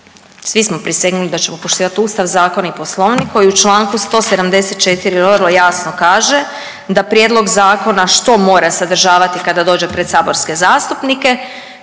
Svi smo prisegnuli da ćemo poštivati Ustav, zakone i Poslovnik koji u članku 174. vrlo jasno kaže da prijedlog zakona što mora sadržavati kada dođe pred saborske zastupnike,